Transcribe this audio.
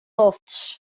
lofts